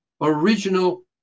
Original